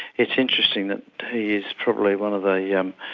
it's interesting that he is probably one of the yeah um